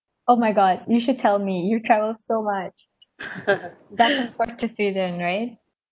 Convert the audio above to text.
oh my god you should tell me you travelled so much that should for to say then right